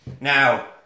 Now